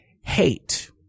hate